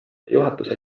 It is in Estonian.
juhatuse